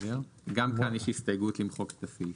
גם כאן יש כאן הסתייגות למחוק את הסעיף.